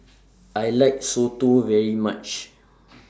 I like Soto very much